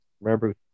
Remember